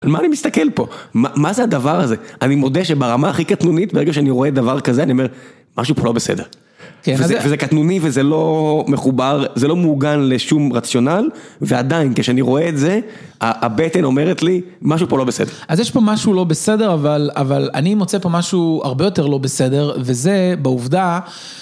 על מה אני מסתכל פה? מה זה הדבר הזה? אני מודה שברמה הכי קטנונית, ברגע שאני רואה דבר כזה, אני אומר, משהו פה לא בסדר. וזה קטנוני וזה לא מחובר, זה לא מעוגן לשום רציונל, ועדיין, כשאני רואה את זה, הבטן אומרת לי, משהו פה לא בסדר. אז יש פה משהו לא בסדר, אבל אני מוצא פה משהו הרבה יותר לא בסדר, וזה בעובדה...